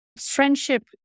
Friendship